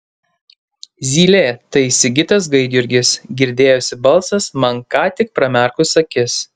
zylė tai sigitas gaidjurgis girdėjosi balsas man ką tik pramerkus akis